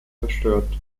zerstört